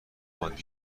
عادی